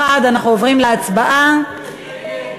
אילן גילאון,